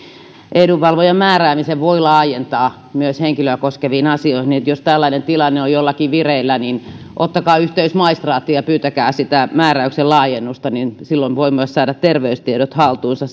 edunvalvojan määräämisen voi laajentaa myös henkilöä koskeviin asioihin eli jos tällainen tilanne on jollakin vireillä niin ottakaa yhteys maistraattiin ja pyytäkää sitä määräyksen laajennusta silloin voi myös saada terveystiedot haltuunsa